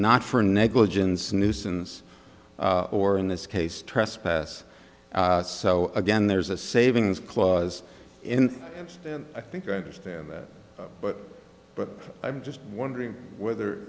not for negligence nuisance or in this case trespass so again there's a savings clause in it and i think i understand that but but i'm just wondering whether